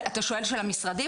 אתה שואל של המשרדים?